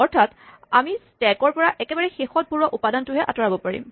অৰ্থাৎ আমি স্টেকৰ পৰা একেবাৰে শেষত ভৰোৱা উপাদানটোহে আঁতৰাব পাৰিম